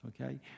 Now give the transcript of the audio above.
Okay